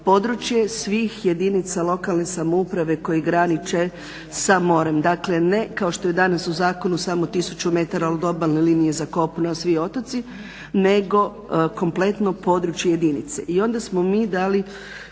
područje svih jedinica lokalne samouprave koji graniče sa morem. Dakle ne kao što je danas u zakonu samo tisuću metara od obalne linije za kopno svi otoci nego kompletno područje jedinice. I onda smo mi dali